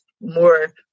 more